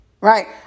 right